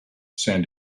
san